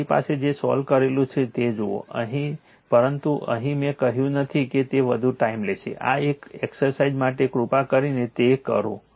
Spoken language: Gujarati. મારી પાસે જે સોલ્વ કરેલું છે તે જુઓ પરંતુ અહીં મેં કહ્યું નથી કે તે વધુ ટાઇમ લેશે આ એક એક્સરસાઇઝ માટે કૃપા કરીને તે કરો